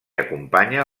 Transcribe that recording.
acompanya